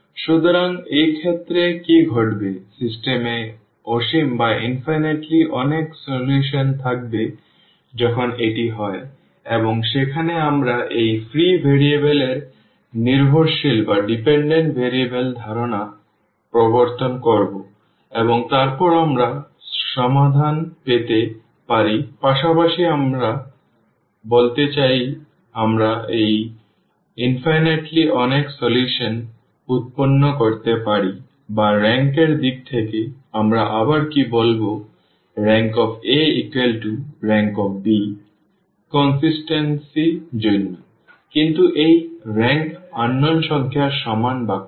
সুতরাং এই ক্ষেত্রে কি ঘটবে সিস্টেম এ অসীম অনেক সমাধান থাকবে যখন এটি হয় এবং সেখানে আমরা এই ফ্রি ভেরিয়েবল এবং নির্ভরশীল ভেরিয়েবল ধারণা প্রবর্তন করব এবং তারপর আমরা সমাধান পেতে পারি পাশাপাশি আমি বলতে চাই আমরা সেই অসীম অনেক সমাধান উৎপন্ন করতে পারি বা রেংক এর দিক থেকে আমরা আবার কি বলব RankA Rankb ধারাবাহিকতার জন্য কিন্তু এই রেংক অজানা সংখ্যার সমান বা কম